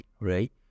right